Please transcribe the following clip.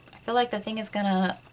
i feel like the thing is gonna